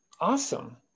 Awesome